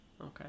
Okay